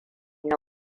na